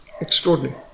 extraordinary